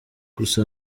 gusa